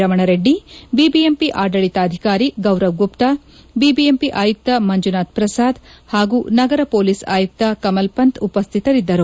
Ramana Reddy BBMP ಆಡಳಿತಾಧಿಕಾರಿ Gaurav Gupta BBMP ಆಯುಕ್ತ ಮಂಜುನಾಥ್ ಪ್ರಸಾದ್ ಹಾಗೂ ನಗರ ಪೊಲೀಸ್ ಆಯುಕ್ತ ಕಮಲ್ ಪಂಥ್ ಉಪಸ್ಥಿತರಿದ್ದರು